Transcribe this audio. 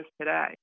today